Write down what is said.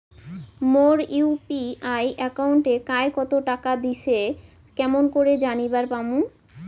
মোর UPI একাউন্টে কায় কতো টাকা দিসে কেমন করে জানিবার পামু?